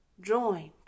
joined